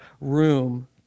room